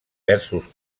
versos